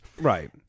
right